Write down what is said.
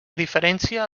diferència